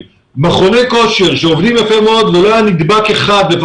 מכוני כושר שעובדים יפה מאוד ולא היה נדבק אחד בהם,